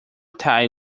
tie